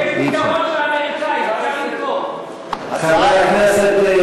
כי אין פתרון לאמריקנים חברי הכנסת,